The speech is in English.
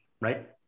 right